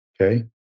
Okay